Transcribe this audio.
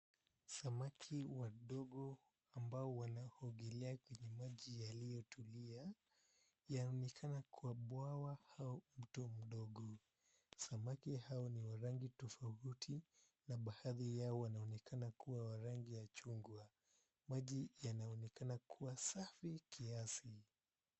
Samaki wadogo ambao wanaogelea kwenye maji yaliyotulia waonekana kwenye bwawa au mto mdogo. Samaki hao ni wa rangi tofauti na baadhi yao wanaonekana kuwa wa rangi ya chungwa. Maji yanaonekana kuwa safi kiasi.